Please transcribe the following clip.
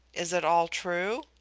is it all true?